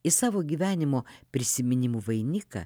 iš savo gyvenimo prisiminimų vainiką